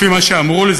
לפי מה שאמרו לי,